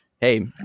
Hey